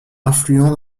influent